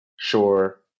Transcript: Sure